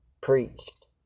preached